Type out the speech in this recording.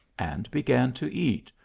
and began to eat,